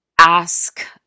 ask